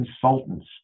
consultants